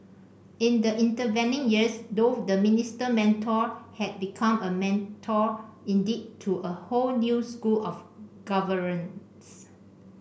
in the intervening years though the Minister Mentor had become a mentor indeed to a whole new school of governance